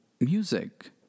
music